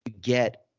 get